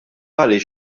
għaliex